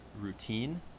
routine